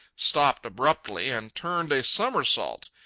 stopped abruptly, and turned a somersault,